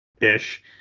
ish